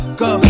go